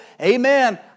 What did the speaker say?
Amen